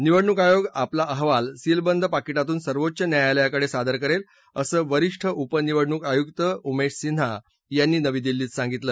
निवडणूक आयोग आपला अहवाल सिल बंद पाकीटातून सर्वोच्च न्यायालयाकडे सादर करेल असं वरीष्ठ उपनिवडणूक आयुक उमेश सिन्हा यांनी नवी दिल्लीत सांगितलं